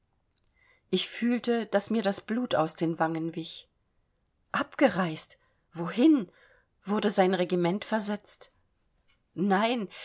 ich fühlte daß mir das blut aus den wangen wich abgereist wohin wurde sein regiment versetzt nein